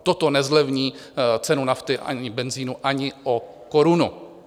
Toto nezlevní cenu nafty ani benzinu ani o korunu.